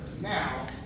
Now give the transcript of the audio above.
now